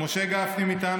רק בשביל למשוך את הזמן,